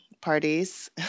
parties